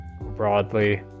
broadly